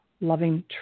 loving